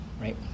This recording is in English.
right